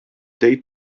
date